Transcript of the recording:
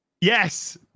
Yes